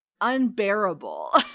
unbearable